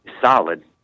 solid